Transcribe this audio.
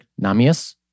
Namias